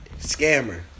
scammer